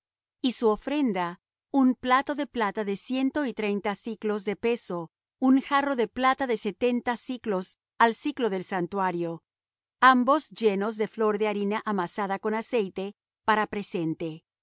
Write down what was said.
y su ofrenda un plato de plata de ciento y treinta siclos de peso un jarro de plata de setenta siclos al siclo del santuario ambos llenos de flor de harina amasada con aceite para presente